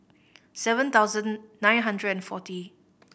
seven thousand nine hundred and forty